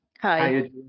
Hi